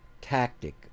tactic